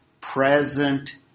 present